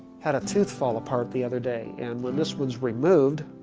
had a tooth fall apart the other day and when this one's removed